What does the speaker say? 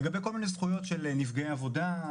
לגבי כל מיני זכויות של נפגעי עבודה,